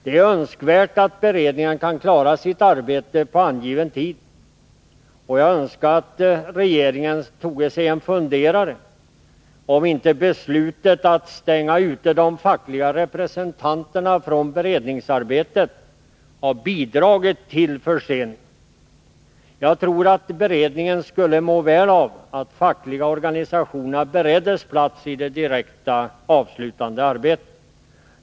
Det är önskvärt att beredningen kan klara sitt arbete på angiven tid, och jag skulle önska att regeringen tog sig en funderare på om inte beslutet att stänga ute de fackliga representanterna från beredningsarbetet har bidragit till förseningen. Jag tror att beredningen skulle må väl av att de fackliga organisationerna bereddes plats i det direkta avslutande arbetet.